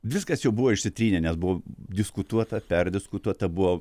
viskas jau buvo išsitrynę nes buvo diskutuota perdiskutuota buvo